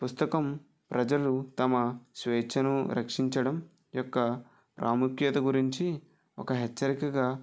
పుస్తకం ప్రజలు తమ స్వేచ్ఛను రక్షించడం యొక్క ప్రాముఖ్యత గురించి ఒక హెచ్చరికగా